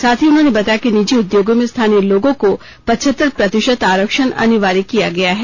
साथ ही उन्होंने बताया कि निजी उद्योगों में स्थानीय लोगों को पचहत्तर प्रतिशत आरक्षण अनिवार्य किया गया है